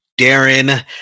Darren